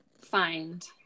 find